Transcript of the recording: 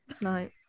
No